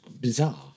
bizarre